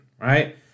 right